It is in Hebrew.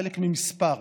חלק ממספר,